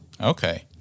Okay